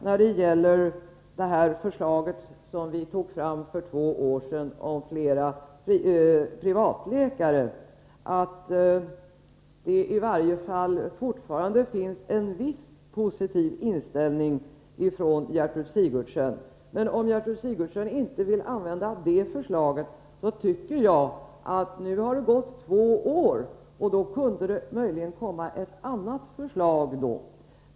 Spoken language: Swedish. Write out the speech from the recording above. När det gäller det förslag om flera privatläkare som vi tog fram för två år sedan noterar jag att det i varje fall fortfarande finns en viss positiv inställning hos Gertrud Sigurdsen. Men om Gertrud Sigurdsen inte vill använda det förslaget tycker jag att det, när det nu har gått två år, möjligen kunde komma ett annat förslag.